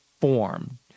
form